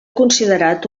considerat